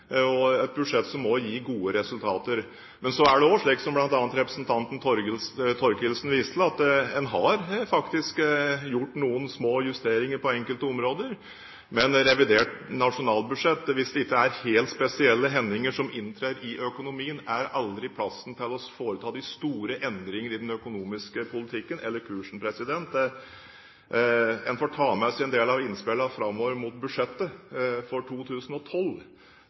et budsjett som også gir gode resultater. Men så er det også slik, som bl.a. representanten Thorkildsen viste til, at en faktisk har gjort noen små justeringer på enkelte områder. Men hvis det ikke er helt spesielle hendinger som inntrer i økonomien, er revidert nasjonalbudsjett aldri plassen for å foreta de store endringer i den økonomiske politikken, eller kursen. En får ta med seg en del av innspillene framover mot budsjettet for 2012,